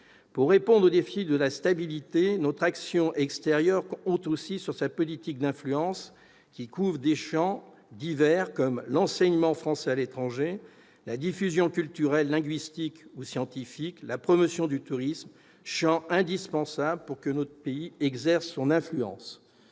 Pour répondre aux défis de la stabilité, notre action extérieure doit aussi s'appuyer sur la politique d'influence, qui concerne des champs divers comme l'enseignement français à l'étranger, la diffusion culturelle, linguistique ou scientifique et la promotion du tourisme, champs qu'il est indispensable de couvrir pour que notre pays exerce son influence.